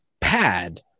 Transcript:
pad